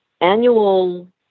annual